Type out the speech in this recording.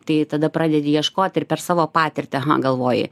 tai tada pradedi ieškot ir per savo patirtį aha galvoji